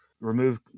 remove